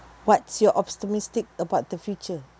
what's your optimistic about the future